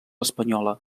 espanyola